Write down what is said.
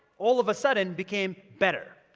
all of a sudden, became better.